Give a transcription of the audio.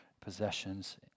possessions